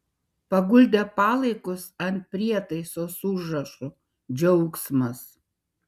paguldė palaikus ant prietaiso su užrašu džiaugsmas